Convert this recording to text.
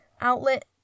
Outlet